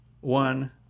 one